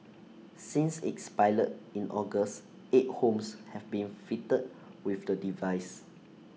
since its pilot in August eight homes have been fitted with the device